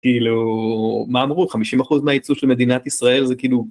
כאילו, מה אמרו? 50% מהייצוא של מדינת ישראל זה כאילו...